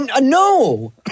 No